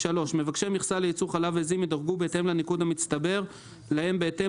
מבקשי מכסה לייצור חלב עזים ידורגו בהתאם לניקוד המצטבר שיקבע להם בהתאם